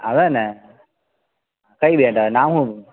આવે ને કઈ બેન્ડ આવે નામ શું